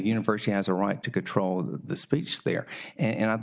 university has a right to control the speech there and i